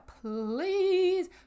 please